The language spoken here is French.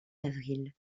avril